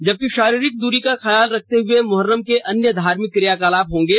जबकि शारीरिक दूरी का ख्याल रखते हुए मुहर्रम के अन्य धार्मिक क्रियाकलाप होंगे